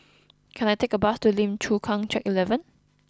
can I take a bus to Lim Chu Kang Track Eleven